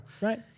Right